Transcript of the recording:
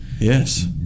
yes